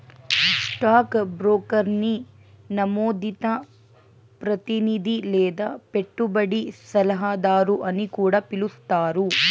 stock బ్రోకర్ని నమోదిత ప్రతినిది లేదా పెట్టుబడి సలహాదారు అని కూడా పిలిస్తారు